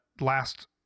last